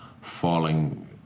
falling